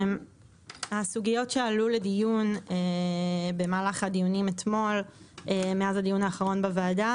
הסוגיות שעלו לדיון במהלך הדיונים אתמול מאז הדיון האחרון בוועדה,